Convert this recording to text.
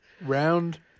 Round